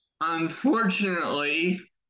unfortunately